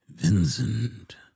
Vincent